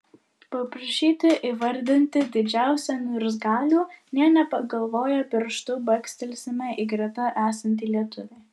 paprašyti įvardinti didžiausią niurzgalių nė nepagalvoję pirštu bakstelsime į greta esantį lietuvį